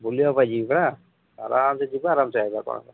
ବୁଲିବା ପାଇଁ ଯିବ ଆରାମସେ ଯିବା ଆରାମସେ ଆଇବା କ'ଣ ହେଲା